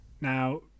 Now